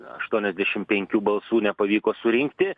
aštuoniasdešim penkių balsų nepavyko surinkti